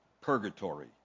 purgatory